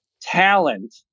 talent